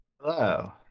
Hello